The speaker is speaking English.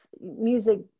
music